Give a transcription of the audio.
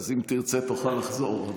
אז אם תרצה תוכל לחזור.